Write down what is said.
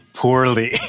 poorly